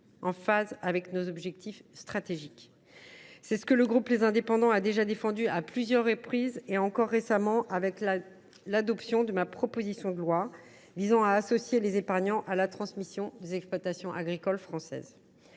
en phase avec nos objectifs stratégiques. C’est ce que le groupe Les Indépendants a déjà défendu à plusieurs reprises, et encore récemment avec l’adoption de ma proposition de loi visant à associer les épargnants à la transmission des exploitations agricoles françaises.